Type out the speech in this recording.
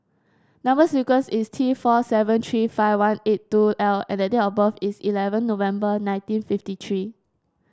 number sequence is T four seven three five one eight two L and the date of birth is eleven November nineteen fifty three